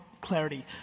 clarity